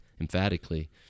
emphatically